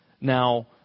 Now